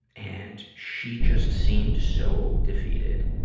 and, she just seemed so defeated.